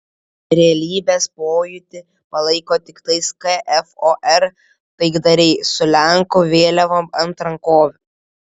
realybės pojūtį palaiko tiktai kfor taikdariai su lenkų vėliavom ant rankovių